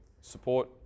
support